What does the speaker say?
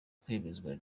kwemezwa